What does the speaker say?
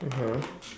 ya